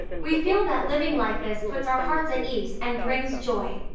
we feel that living like this puts our hearts at ease and brings joy.